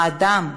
האדם,